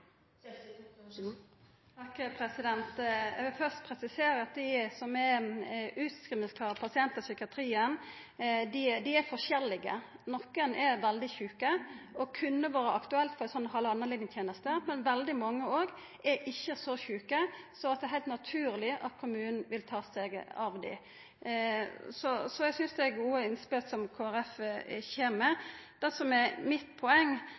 Eg vil først presisera at dei som er utskrivingsklare pasientar i psykiatrien, er forskjellige. Nokre er veldig sjuke og kunne vera aktuelle for ei slik halvannanlineteneste, men veldig mange er ikkje så sjuke, så det er heilt naturleg at kommunane vil ta seg av dei. Så eg synest det er gode innspel Kristeleg Folkeparti kjem med. Det som er mitt poeng,